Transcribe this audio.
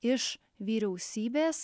iš vyriausybės